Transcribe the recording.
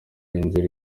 inzira